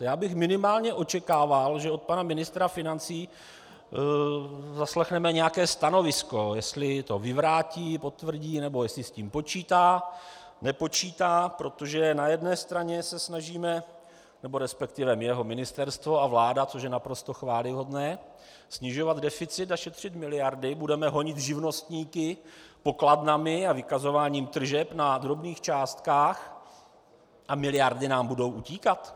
Já bych minimálně očekával, že od pana ministra financí zaslechneme nějaké stanovisko, jestli to vyvrátí, potvrdí nebo jestli s tím počítá, nepočítá, protože na jedné straně se snažíme, resp. jeho ministerstvo a vláda, což je naprosto chvályhodné, snižovat deficit a šetřit miliardy, budeme honit živnostníky pokladnami a vykazováním tržeb na drobných částkách, a miliardy nám budou utíkat?